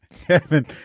Kevin